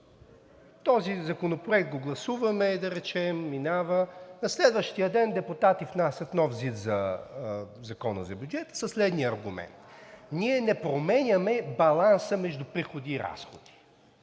Този законопроект го гласуваме, да речем, минава. На следващия ден депутати внасят нов ЗИД на Закона за бюджета със следния аргумент – ние не променяме баланса между приходи и разходи,